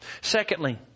Secondly